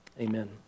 Amen